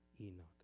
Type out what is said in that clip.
Enoch